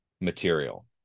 material